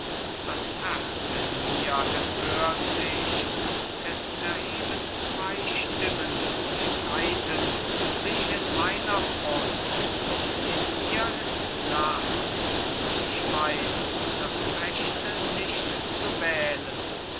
das herz in mir empört sich es erheben zwei stimmen streitend sich in meiner brust in mir ist nacht ich weiß das rechte nicht zu wählen